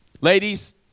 Ladies